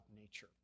nature